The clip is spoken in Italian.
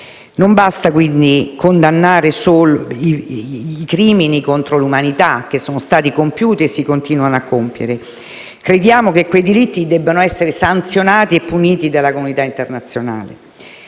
Non basta quindi condannare i crimini contro l'umanità che sono stati compiuti e si continuano a compiere; crediamo che quei delitti debbano essere sanzionati e puniti dalla comunità internazionale.